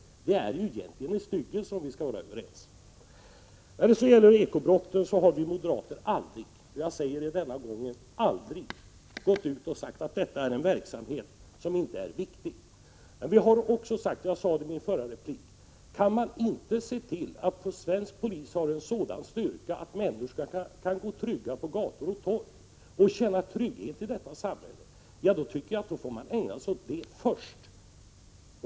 Att det är en styggelse tycker jag att vi borde kunna vara överens om. När det så gäller bekämpning av ekobrotten har vi moderater aldrig sagt att det är en verksamhet som inte är viktig. Men vi har sagt — jag sade det också i min förra replik — att om svensk polis har en sådan styrka att människor inte kan gå trygga på gator och torg och känna trygghet i detta samhälle, då får man ägna sig åt det först.